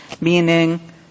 meaning